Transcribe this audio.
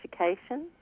Education